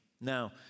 Now